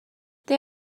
they